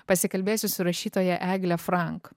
pasikalbėsiu su rašytoja egle frank